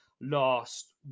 last